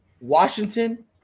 Washington